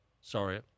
sorry